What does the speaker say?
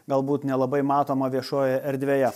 galbūt nelabai matoma viešoje erdvėje